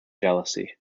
jealousy